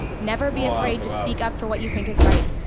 never be afraid to speak up for what you think is right,